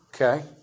Okay